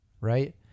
right